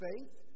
faith